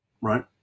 right